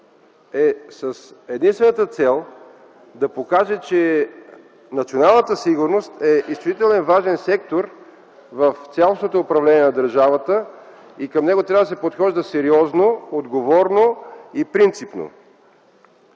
е с единствената цел да покаже, че националната сигурност е изключително важен сектор в цялостното управление на държавата и към него трябва да се подхожда сериозно, отговорно и принципно.